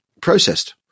processed